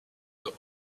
the